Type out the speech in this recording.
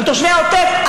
על תושבי העוטף,